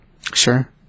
Sure